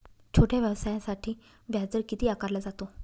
छोट्या व्यवसायासाठी व्याजदर किती आकारला जातो?